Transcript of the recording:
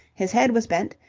his head was bent,